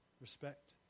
respect